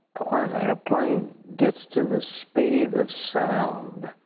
ah when an airplane gets to the speed of sound,